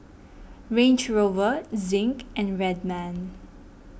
Range Rover Zinc and Red Man